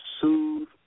soothe